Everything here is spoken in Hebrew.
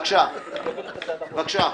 בבקשה, בבקשה.